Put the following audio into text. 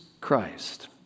Christ